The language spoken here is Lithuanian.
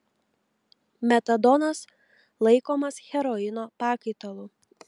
metadonas laikomas heroino pakaitalu